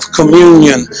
communion